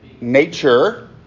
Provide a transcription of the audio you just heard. Nature